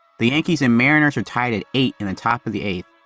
the yankees and mariners are tied at eight in the top of the eighth.